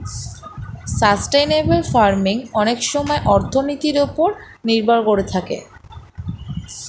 sustainable farming অনেক সময়ে অর্থনীতির ওপর নির্ভর করে থাকে